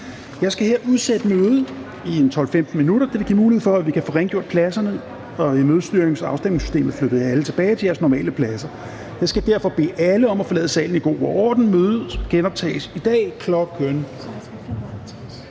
Jeg skal her udsætte mødet i 12-15 minutter. Det vil give mulighed for, at vi kan få rengjort pladserne og i mødestyrings- og afstemningssystemet flyttet jer alle tilbage til jeres normale pladser. Jeg skal derfor bede alle om at forlade salen i god ro og orden. Mødet genoptages i dag kl.